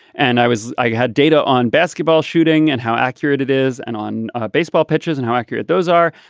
and i was. i had data on basketball shooting and how accurate it is. and on baseball pitches and how accurate those are.